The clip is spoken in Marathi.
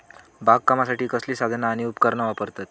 बागकामासाठी कसली साधना आणि उपकरणा वापरतत?